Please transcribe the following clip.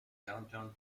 downtown